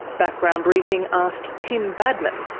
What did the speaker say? background briefing asked tim badman,